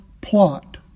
plot